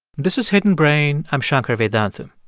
this is hidden brain. i'm shankar vedantam.